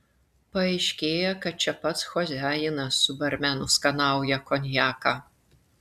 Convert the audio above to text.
paaiškėja kad čia pats choziajinas su barmenu skanauja konjaką